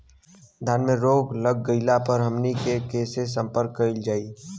धान में रोग लग गईला पर हमनी के से संपर्क कईल जाई?